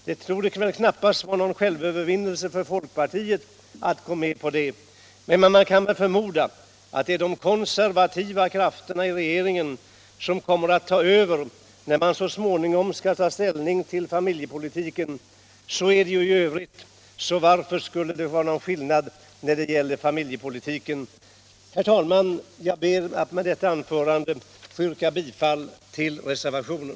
Det torde knappast vara någon självövervinnelse för folkpartiet att gå med på det. Men man kan förmoda att de konservativa krafterna i regeringen kommer att ta över, när den så småningom skall ta ställning till familjepolitiken. Så är det ju i övrigt. Varför skulle familjepolitiken vara ett undantag? Herr talman! Med det anförda yrkar jag bifall till reservationen.